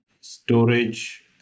storage